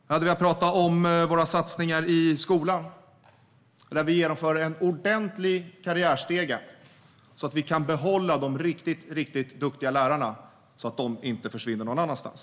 Jag hade velat prata om våra satsningar i skolan, där vi genomför en ordentlig karriärstege så att vi kan behålla de riktigt duktiga lärarna, så att de inte försvinner någon annanstans.